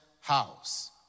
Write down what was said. house